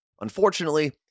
unfortunately